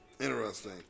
Interesting